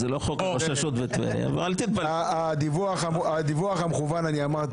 זה לא חוק --- הדיווח המכוון אני אמרתי